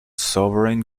sovereign